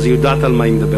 אז היא יודעת על מה היא מדברת.